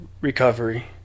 recovery